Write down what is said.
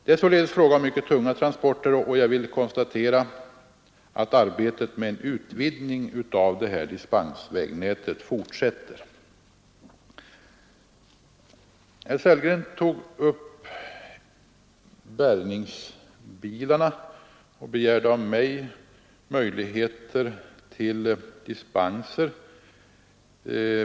Det är således fråga om mycket tunga transporter. Jag vill konstatera att arbetet med en utvidgning av dispensvägnätet fortsätter. Herr Sellgren nämnde bärgningsbilarna och begärde av mig möjligheter till dispenser.